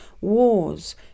wars